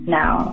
now